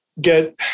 get